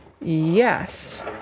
Yes